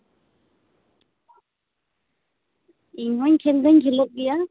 ᱤᱧᱦᱚᱧ ᱠᱷᱮᱹᱞ ᱫᱚᱧ ᱠᱷᱮᱹᱞᱳᱜ ᱜᱮᱭᱟ